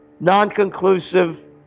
non-conclusive